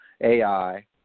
AI